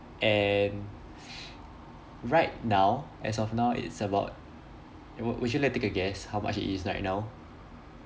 and right now as of now it's about w~ would you like to take a guess how much it is right now